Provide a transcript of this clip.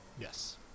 Yes